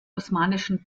osmanischen